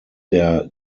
der